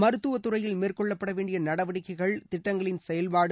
மருத்துவத் துறையில் மேற்கொள்ளப்பட வேண்டிய நடவடிக்கைகள் திட்டங்களின் செயல்பாடு